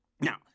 now